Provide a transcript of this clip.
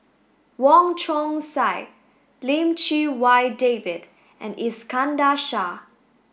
Wong Chong Sai Lim Chee Wai David and Iskandar Shah